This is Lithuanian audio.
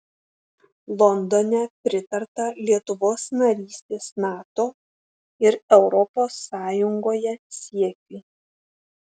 londone pritarta lietuvos narystės nato ir europos sąjungoje siekiui